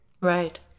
Right